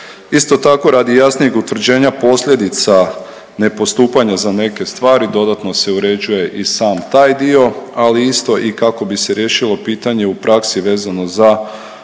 Isto tako radi jasnijeg utvrđenja posljedica ne postupanja za neke stvari dodatno se uređuje i sam taj dio, ali isto i kako bi se riješilo pitanje u praksi vezano za pokretanje